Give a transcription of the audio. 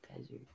desert